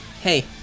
hey